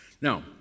Now